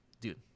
dude